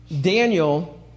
Daniel